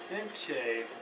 Okay